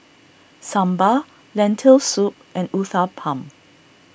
Sambar Lentil Soup and Uthapam